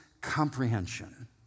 comprehension